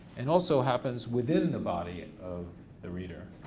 and also happens within the body of the reader,